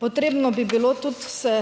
potrebno bi bilo tudi se